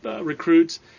recruits